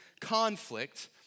conflict